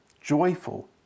joyful